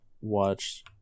watch